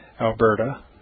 Alberta